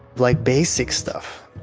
like basic stuff.